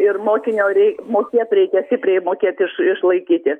ir mokinio rei mokėt reikia stipriai mokėt iš išlaikyti